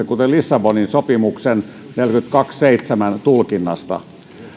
kuten lissabonin sopimuksen artiklan neljäkymmentäkaksi piste seitsemän tulkinnasta